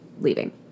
leaving